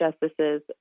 justices